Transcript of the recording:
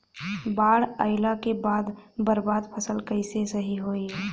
बाढ़ आइला के बाद बर्बाद फसल कैसे सही होयी?